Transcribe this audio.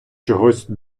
чогось